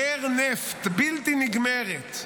באר נפט בלתי נגמרת,